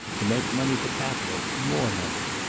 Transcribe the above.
to make money for capital more money.